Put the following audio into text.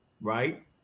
right